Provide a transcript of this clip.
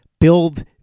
Build